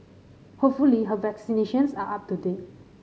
hopefully her vaccinations are up to date